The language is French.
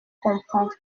comprends